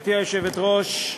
גברתי היושבת-ראש,